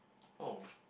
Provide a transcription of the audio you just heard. oh